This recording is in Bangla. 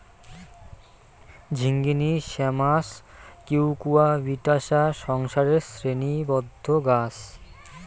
ঝিঙ্গিনী শ্যামাস কিউকুয়াবিটাশা সংসারের শ্রেণীবদ্ধ গছ